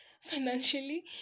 financially